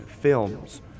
films